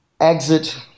exit